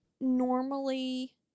normally